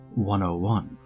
101